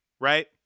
right